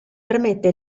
permette